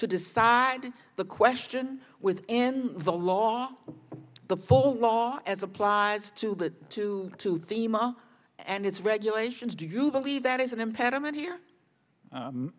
to decide the question within the law the full law as applies to that too to thema and it's regulations do you believe that is an impediment here